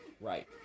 Right